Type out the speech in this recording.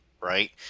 right